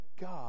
God